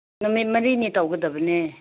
ꯅꯨꯃꯤꯠ ꯃꯔꯤꯅꯤ ꯇꯧꯒꯗꯕꯅꯤ